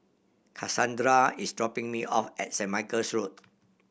Casandra is dropping me off at Saint Michael's Road